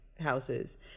houses